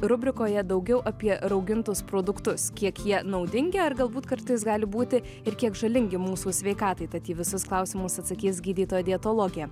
rubrikoje daugiau apie raugintus produktus kiek jie naudingi ar galbūt kartais gali būti ir kiek žalingi mūsų sveikatai tad į visus klausimus atsakys gydytoja dietologė